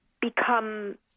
become